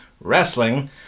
Wrestling